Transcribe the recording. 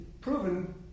proven